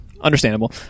Understandable